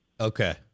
Okay